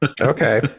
Okay